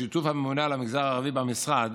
בשיתוף הממונה על המגזר הערבי במשרד,